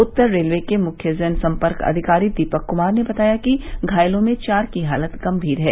उत्तर railway के मुख्य जन सम्पर्क अधिकारी दीपक कुमार ने बताया कि घायलों में चार की हालत गंभीर है